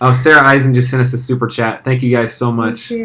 um sarah eisen just sent us a super chat. thank you guys so much.